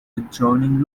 adjoining